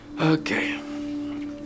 Okay